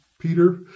Peter